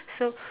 so